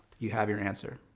you have your answer.